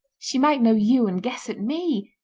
she might know you and guess at me,